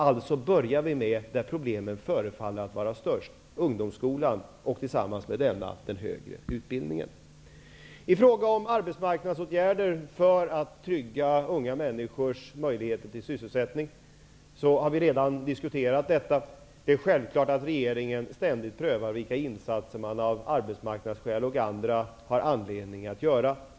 Alltså skall vi börja där problemen förefaller vara störst, nämligen i ungdomsskolan och den högre utbildningen. Vi har redan diskutera frågan om arbetsmarknadsåtgärder för att trygga unga människors möjligheter till sysselsättning. Det är självklart att regeringen ständigt prövar vilka insatser man av arbetsmarknadsskäl har anledning att göra.